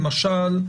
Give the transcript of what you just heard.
למשל,